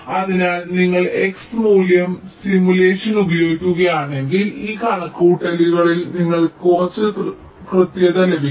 അതിനാൽ നിങ്ങൾ x മൂല്യം സിമുലേഷൻ ഉപയോഗിക്കുകയാണെങ്കിൽ ഈ കണക്കുകൂട്ടലിൽ നിങ്ങൾക്ക് കുറച്ച് കൃത്യത ലഭിക്കും